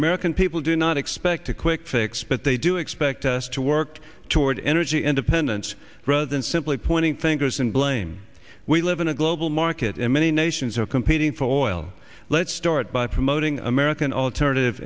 american people do not expect a quick fix but they do expect us to work toward energy independence rather than simply pointing fingers and blame we live in a global market and many nations are competing for oil let's start by promoting american alternative